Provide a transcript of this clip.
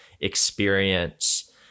experience